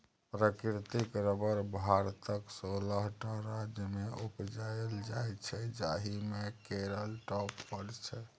प्राकृतिक रबर भारतक सोलह टा राज्यमे उपजाएल जाइ छै जाहि मे केरल टॉप पर छै